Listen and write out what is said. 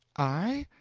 i?